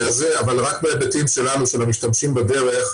בהיבטים שלנו, של המשתמשים בדרך,